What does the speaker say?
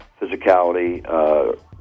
physicality